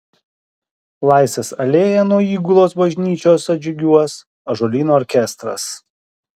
laisvės alėja nuo įgulos bažnyčios atžygiuos ąžuolyno orkestras